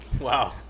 Wow